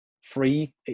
free